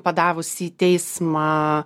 padavusi į teismą